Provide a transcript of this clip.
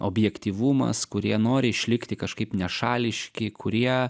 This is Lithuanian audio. objektyvumas kurie nori išlikti kažkaip nešališki kurie